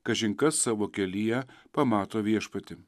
kažin kas savo kelyje pamato viešpatį